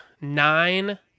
nine